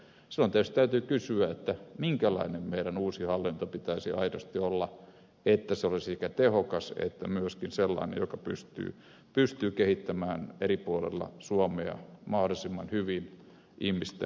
silloin tietysti täytyy kysyä minkälainen meidän uuden hallinnon pitäisi aidosti olla jotta se olisi sekä tehokas että myöskin sellainen joka pystyy kehittämään eri puolilla suomea mahdollisimman hyvin ihmisten elinolosuhteita